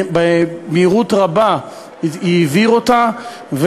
במהירות רבה העביר אותה,